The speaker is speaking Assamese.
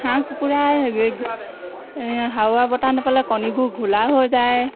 হাঁহ কুকুৰাৰ হাৱা বতাহ নেপালে কণীবোৰ ঘোলা হৈ যায়